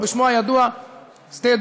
או בשמו הידוע שדה-דב,